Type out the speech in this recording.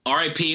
RIP